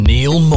Neil